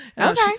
Okay